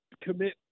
commit